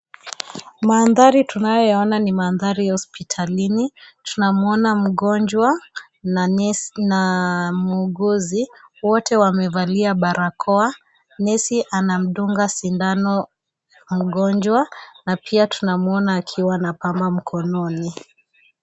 Maandhari tunayoyaona ni maandhari ya hospitalini. Tunamwona mgonjwa nesi na muuguzi. Wote wamevalia barakoa. Nesi anamdunga sindano mgonjwa, na pia tunamwona akiwa na pamba mkononi.